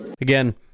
again